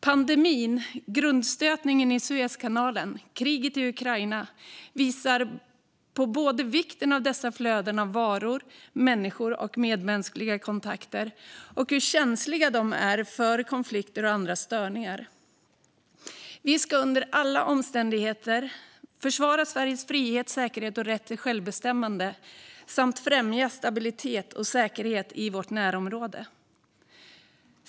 Pandemin, grundstötningen i Suezkanalen och kriget i Ukraina visar både på vikten av dessa flöden av varor, människor och medmänskliga kontakter och på hur känsliga de är för konflikter och andra störningar. Vi ska under alla omständigheter försvara Sveriges frihet, säkerhet och rätt till självbestämmande samt främja stabilitet och säkerhet i vårt närområde.